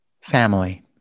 family